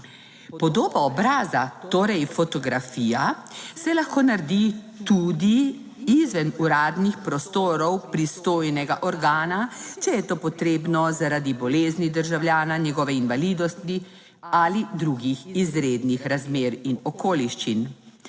Podoba obraza, torej fotografija, se lahko naredi tudi izven uradnih prostorov pristojnega organa, če je to potrebno zaradi bolezni državljana, njegove invalidnosti ali drugih izrednih razmer in okoliščin.